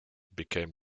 became